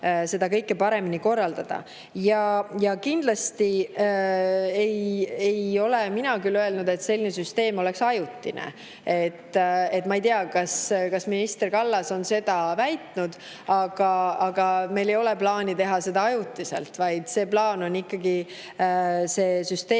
seda kõike paremini korraldada. Mina ei ole küll kindlasti öelnud, et selline süsteem oleks ajutine. Ma ei tea, kas minister Kallas on seda väitnud, aga meil ei ole plaani teha seda ajutiselt, vaid plaan on ikkagi reformida